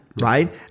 right